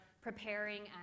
preparing